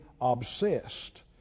obsessed